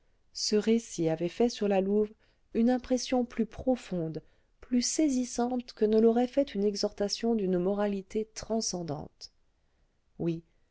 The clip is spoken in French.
ce récit avait fait sur la louve une impression plus profonde plus saisissante que ne l'aurait fait une exhortation d'une moralité transcendante oui